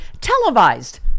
televised